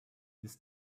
this